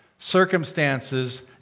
circumstances